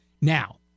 now